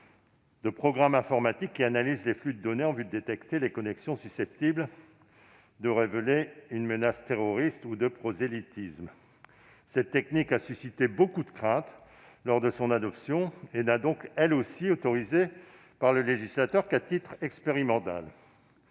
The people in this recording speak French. de programmes informatiques qui analysent les flux de données, en vue de détecter les connexions susceptibles de révéler une menace terroriste ou du prosélytisme. Cette technique ayant suscité beaucoup de craintes lors de son adoption, elle n'a donc, elle aussi, été autorisée par le législateur qu'à titre expérimental.